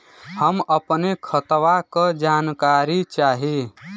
हम अपने खतवा क जानकारी चाही?